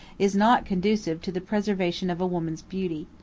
is not conducive to the preservation of a woman's beauty.